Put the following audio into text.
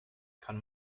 kann